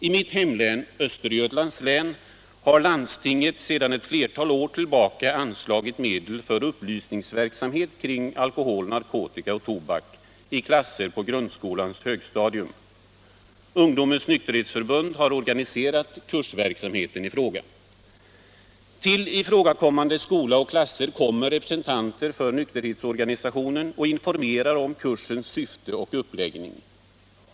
I mitt hemlän, Östergötlands län, har landstinget sedan ett flertal år tillbaka anslagit medel för upplysningsverksamhet kring alkohol, narkotika och tobak i klasser på grundskolans högstadium. Ungdomens nykterhetsförbund har organiserat kursverksamheten. Till ifrågakommande skola kommer representanter för nykterhetsorganisationer och informerar om kursens syfte och uppläggning.